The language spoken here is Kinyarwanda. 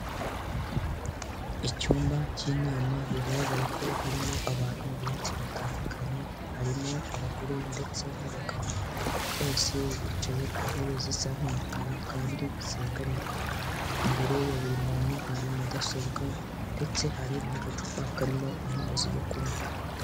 Icyumba k'inama bigaragara ko harimo abantu benshi batandukanye, harimo abagore ndetse n'abagabo, bose bicaye ku ntebe zisa nk'imikara kandi zegamirwa, imbere ya buri muntu hari mudasobwa ndetse hari n'agacupa karimo amazi yo kunywa.